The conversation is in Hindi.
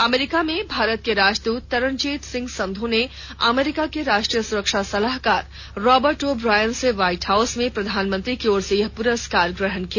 अमरीका में भारत के राजदूत तरनजीत सिंह संधू ने अमरीका के राष्ट्रीय सुरक्षा सलाहकार राबर्ट ओ ब्रायन से व्हाइट हाउस में प्रधानमंत्री की ओर से यह पुरस्कार ग्रहण किया